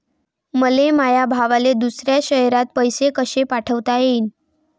मले माया भावाले दुसऱ्या शयरात पैसे कसे पाठवता येईन?